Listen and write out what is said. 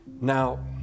Now